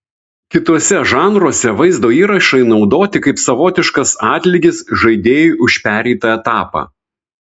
kituose žanruose vaizdo įrašai naudoti kaip savotiškas atlygis žaidėjui už pereitą etapą